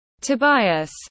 Tobias